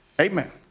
Amen